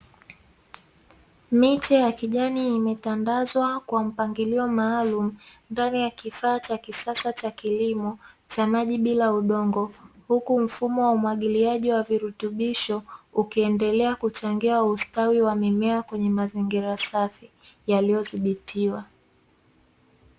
Miti ya kijani imetandazwa kwa mpangilio maalumu, ndani ya kifaa cha kisasa cha kilimo cha maji bila udongo, huku mfumo wa umwagiliaji wa virutubisho ukiendelea kuchangia ustawi wa mimea kwenye mazingira safi yaliyodhibitiwa.